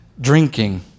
drinking